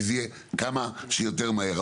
שזה יהיה כמה שיותר מהר.